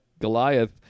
Goliath